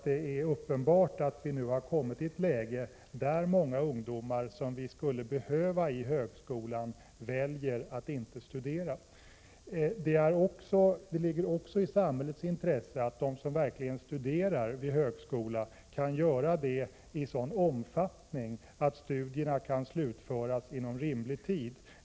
Det är uppenbart att vi nu kommit i ett läge där många som vi skulle behöva i högskolor väljer att inte studera. Det ligger också i samhällets intresse att de som verkligen studerar vid högskolorna kan göra det i sådan omfattning att studierna kan slutföras inom rimlig tid.